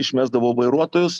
išmesdavo vairuotojus